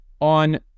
on